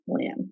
plan